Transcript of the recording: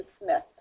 Smith